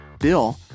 Bill